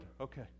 Okay